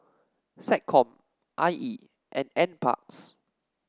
SecCom I E and NParks